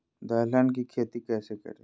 दलहन की खेती कैसे करें?